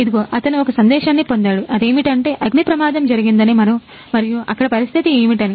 ఇదిగో అతను ఒక సందేశాన్ని పొందాడు అదేమిటంటే అగ్ని ప్రమాదం జరిగిందని మరియు అక్కడ పరిస్థితి ఏమిటని